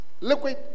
liquid